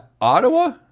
Ottawa